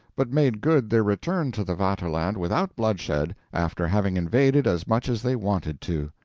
but made good their return to the vaterland without bloodshed, after having invaded as much as they wanted to.